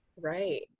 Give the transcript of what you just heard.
Right